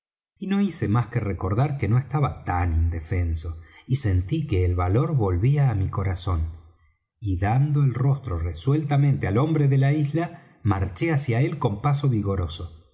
y no hice más que recordar que no estaba tan indefenso y sentí que el valor volvía á mi corazón y dando el rostro resueltamente al hombre de la isla marché hacia él con paso vigoroso